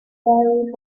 barry